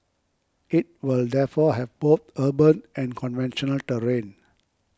it will therefore have both urban and conventional terrain